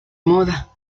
moda